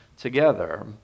together